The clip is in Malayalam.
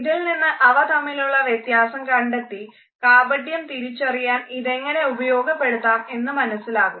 ഇതിൽ നിന്ന് അവ തമ്മിലുള്ള വ്യത്യാസം കണ്ടെത്തി കാപട്യം തിരിച്ചറിയാൻ ഇതെങ്ങനെ ഉപയോഗപ്പെടുത്താം എന്ന് മനസ്സിലാകും